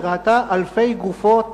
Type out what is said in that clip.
היא ראתה אלפי גופות